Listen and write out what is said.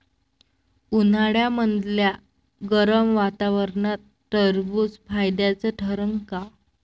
उन्हाळ्यामदल्या गरम वातावरनात टरबुज फायद्याचं ठरन का?